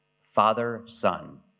father-son